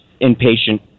inpatient